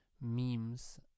memes